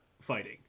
fighting